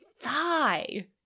thigh